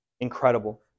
incredible